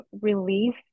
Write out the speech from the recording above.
relief